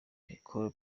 nicola